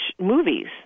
movies